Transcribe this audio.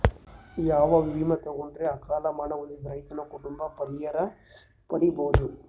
ಯಾವ ವಿಮಾ ತೊಗೊಂಡರ ಅಕಾಲ ಮರಣ ಹೊಂದಿದ ರೈತನ ಕುಟುಂಬ ಪರಿಹಾರ ಪಡಿಬಹುದು?